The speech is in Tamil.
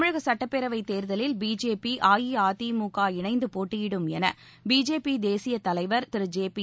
தமிழக சட்டப்பேரவை தேர்தலில் பிஜேபி அஇஅதிமுக இணைந்து போட்டியிடும் என பிஜேபி தேசியத் தலைவர் திரு ஜெபி